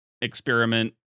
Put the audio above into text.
experiment